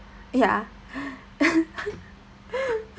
ya